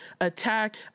attack